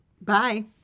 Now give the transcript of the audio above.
Bye